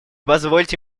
позвольте